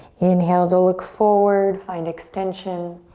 inhale to look forward, find extension,